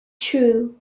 true